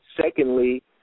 Secondly